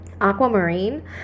Aquamarine